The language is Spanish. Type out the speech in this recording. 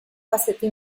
faceta